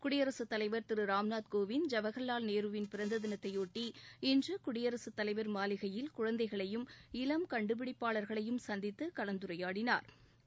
குடியரசுத் தலைவா் திரு ராம்நாத் கோவிந்த் ஜவஹ்லால் நேருவின் பிறந்த தினத்தையொட்டி இன்று குடியரசுத் தலைவர் மாளிகையில் குழந்தைகளையும் இளம் கண்டுபிடிப்பாளர்களையும் சந்தித்து கலந்துரையாடினாா